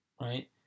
right